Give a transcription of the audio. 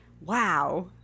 Wow